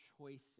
choices